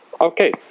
Okay